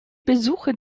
besuche